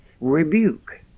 rebuke